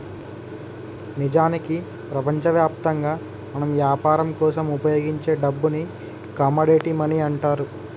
నిజానికి ప్రపంచవ్యాప్తంగా మనం యాపరం కోసం ఉపయోగించే డబ్బుని కమోడిటీ మనీ అంటారు